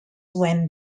went